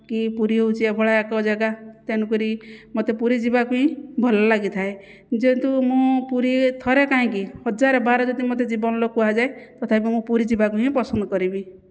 କି ପୁରୀ ହେଉଛି ଏଭଳିଆ ଏକ ଜାଗା ତେଣୁ କରି ମୋତେ ପୁରୀ ଯିବାକୁ ହିଁ ଭଲ ଲାଗିଥାଏ ଯେହେତୁ ମୁଁ ପୁରୀ ଥରେ କାହିଁକି ହଜାର ବାର ଯଦି ମୋତେ ଜୀବନରେ କୁହାଯାଏ ତଥାପି ମୁଁ ପୁରୀ ଯିବାକୁ ହିଁ ପସନ୍ଦ କରିବି